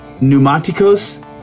pneumaticos